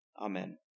Amen